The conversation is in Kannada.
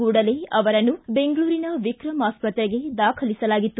ಕೂಡಲೇ ಅವರನ್ನ ಬೆಂಗಳೂರಿನ ವಿಕ್ರಂ ಆಸ್ಪತ್ರೆಗೆ ದಾಖಲಿಸಲಾಗಿತ್ತು